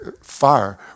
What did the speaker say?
fire